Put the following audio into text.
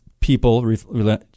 people